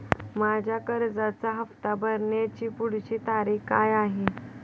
माझ्या कर्जाचा हफ्ता भरण्याची पुढची तारीख काय आहे?